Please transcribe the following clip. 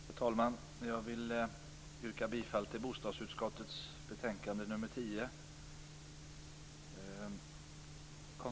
Herr talman! Jag vill yrka bifall till hemställan i bostadsutskottets betänkande nr 10.